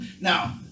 Now